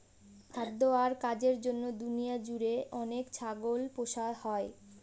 খাদ্য আর কাজের জন্য দুনিয়া জুড়ে অনেক ছাগল পোষা হয়